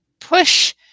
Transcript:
push